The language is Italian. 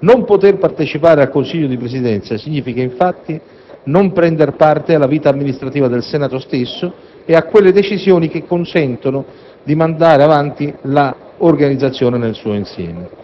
Non poter partecipare al Consiglio di Presidenza significa, infatti, non prendere parte alla vita amministrativa del Senato stesso e a quelle decisioni che consentono di mandare avanti l'organizzazione nel suo insieme.